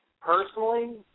personally